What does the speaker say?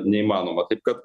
neįmanoma taip kad